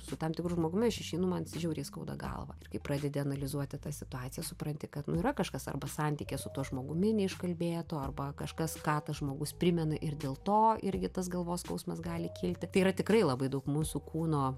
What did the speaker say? su tam tikru žmogumi aš išeinu man žiauriai skauda galvą ir kai pradedi analizuoti tą situaciją supranti kad nu yra kažkas arba santykyje su tuo žmogumi neiškalbėto arba kažkas ką tas žmogus primena ir dėl to irgi tas galvos skausmas gali kilti tai yra tikrai labai daug mūsų kūno